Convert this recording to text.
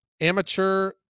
amateur